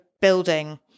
building